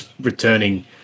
returning